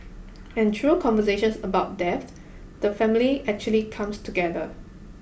and through conversations about death the family actually comes together